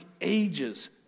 ages